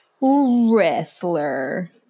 Wrestler